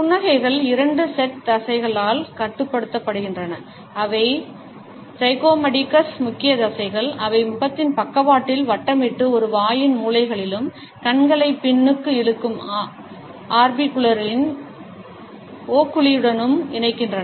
புன்னகைகள் இரண்டு செட் தசைகளால் கட்டுப்படுத்தப்படுகின்றன அவை ஜைகோமடிகஸ் முக்கிய தசைகள் அவை முகத்தின் பக்கவாட்டில் வட்டமிட்டு ஒரு வாயின் மூலைகளிலும் கண்களை பின்னுக்கு இழுக்கும் ஆர்பிகுலரிஸ் ஓக்குலியுடனும் இணைக்கின்றன